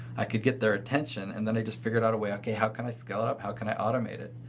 i could get their attention and then i just figured out a way, okay, how can i scale it up, how can i automate it.